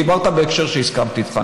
דיברת בהקשר שבו הסכמתי איתך,